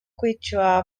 quechua